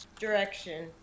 direction